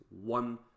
one